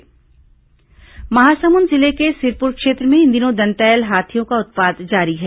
हाथी उत्पात महासमुंद जिले के सिरपुर क्षेत्र में इन दिनों दंतैल हाथियों का उत्पात जारी है